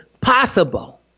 possible